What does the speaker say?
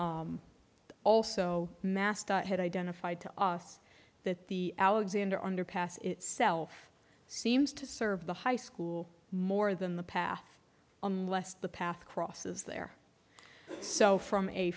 that also master had identified to us that the alexander underpass itself seems to serve the high school more than the path unless the path crosses there so from a